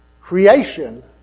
creation